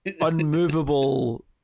unmovable